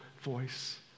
voice